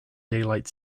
daylight